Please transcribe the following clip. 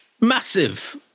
massive